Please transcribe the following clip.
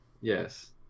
Yes